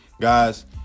Guys